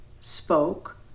spoke